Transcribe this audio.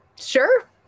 sure